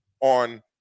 on